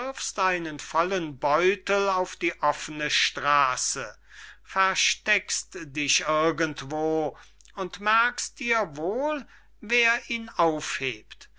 einen vollen beutel auf die offene strase versteckst dich irgendwo und merkst dir wohl wer ihn aufhebt